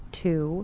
two